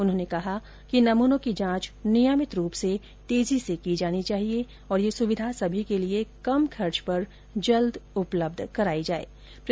उन्होंने कहा कि नमूनों की जांच नियमित रूप से तेजी से की जानी चाहिए और यह सुविधा सभी के लिए कम खर्च पर जल्द उपलब्ध कराई जानी चाहिए